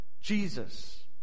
Jesus